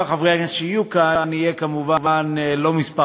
חברי הכנסת שיהיו כאן כמובן לא יהיה גדול,